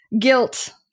Guilt